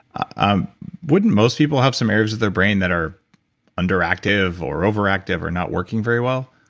ah wouldn't most people have some areas of their brain that are underactive or overactive or not working very well?